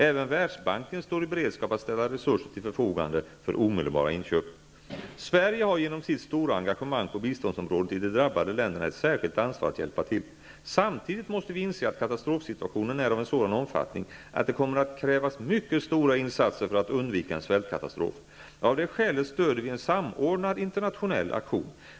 Även Världsbanken står i beredskap att ställa resurser till förfogande för omedelbara inköp. Sverige har genom sitt stora engagemang på biståndsområdet i de drabbade länderna ett särskilt ansvar att hjälpa till. Samtidigt måste vi inse att katastrofsituationen är av en sådan omfattning att det kommer att krävas mycket stora insatser för att undvika en svältkatastrof. Av det skälet stödjer vi en samordnad internationell aktion.